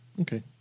Okay